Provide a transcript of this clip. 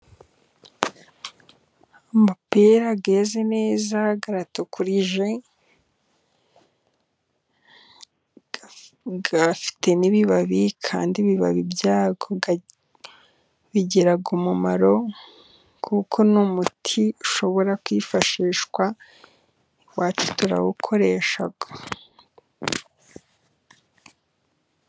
Amapera yeze neza, aratukurije afite n'ibabi, kandi ibibabi byayo bigira umumaro kuko ni umuti ushobora kwifashishwa, iwacu turawukoresha.